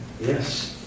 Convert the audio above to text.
Yes